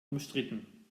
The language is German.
umstritten